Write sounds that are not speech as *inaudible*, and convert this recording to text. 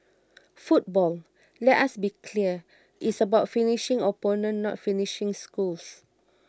*noise* football let us be clear is about finishing opponents not finishing schools